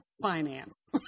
Finance